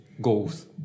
goals